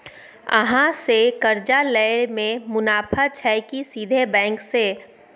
अहाँ से कर्जा लय में मुनाफा छै की सीधे बैंक से?